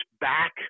back